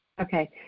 okay